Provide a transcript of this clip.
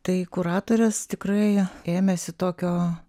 tai kuratorės tikrai ėmėsi tokio